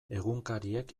egunkariek